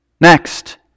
Next